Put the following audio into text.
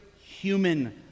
human